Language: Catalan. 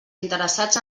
interessats